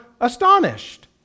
astonished